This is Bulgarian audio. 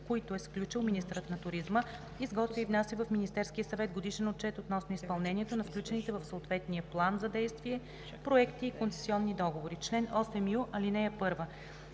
които е сключил, министърът на туризма изготвя и внася в Министерския съвет, годишен отчет относно изпълнението на включените в съответния план за действие проекти и концесионни договори. Чл. 8ю (1)